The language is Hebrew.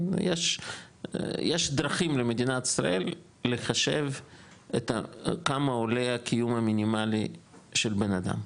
יש דרכים למדינת ישראל לחשב כמה עולה הקיום המינימלי של בן אדם.